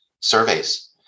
surveys